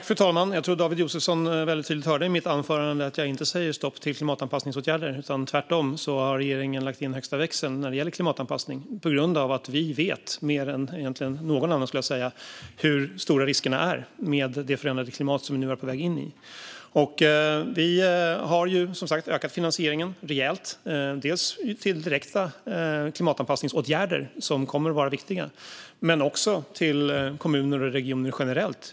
Fru talman! Jag tror att David Josefsson väldigt tydligt hörde i mitt anförande att jag inte säger stopp till klimatanpassningsåtgärder. Tvärtom har regeringen lagt in högsta växeln när det gäller klimatanpassning. Det är på grund av att vi vet kanske mer än någon annan hur stora riskerna är med det förändrade klimat som vi nu är på väg in i. Vi har ökat finansieringen rejält till direkta klimatanpassningsåtgärder som kommer att vara viktiga, men också till kommuner och regioner generellt.